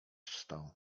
wstał